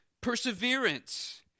Perseverance